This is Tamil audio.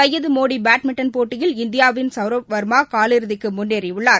சையதுமோடிபேட்மிண்டன் போட்டியில் இந்தியாவின் சவ்ரவ் வர்மாகால் இறுதிக்குமுன்னேறியுள்ளார்